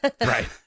Right